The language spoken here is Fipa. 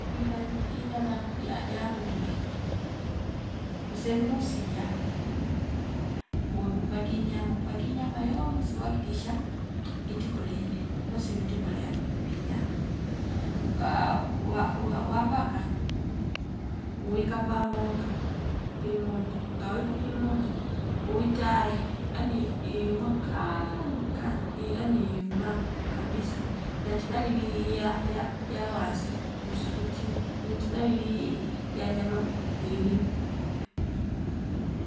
Ukwi fadhi inyama ya- ya- yangombe usendu busiliya uwe upaki nyama upaki nyama yonsi uhakikisha itikoli musi vitu kolea papi nyama ngaa wa- wa- wapaka uwikapa moto pi moto ngawi kupwi moto uwi taya yani iyumakaani kaani yani iyuma kabisa nanti dalili iya ya- yawazi kusu kutine nati dawili ya nyama ngilim